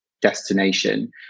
destination